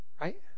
right